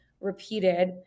repeated